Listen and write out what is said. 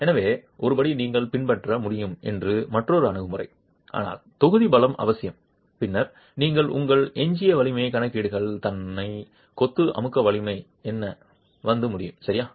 எனவே ஒருபடி நீங்கள் பின்பற்ற முடியும் என்று மற்றொரு அணுகுமுறை ஆனால் தொகுதி பலம் அவசியம் பின்னர் நீங்கள் உங்கள் எஞ்சிய வலிமை கணக்கீடுகள் தன்னை கொத்து அமுக்க வலிமை என்ன வந்து முடியும் சரியா